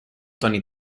tony